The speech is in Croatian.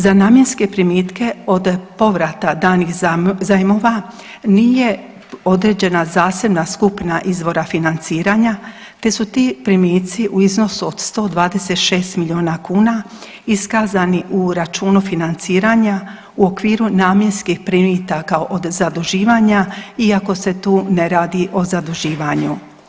Za namjenske primitke od povrata danih zajmova nije određena zasebna skupina izvora financiranja, te su ti primici u iznosu od 126 milijuna kuna iskazani u računu financiranja u okviru namjenskih primitaka od zaduživanja iako se tu ne radi o zaduživanju.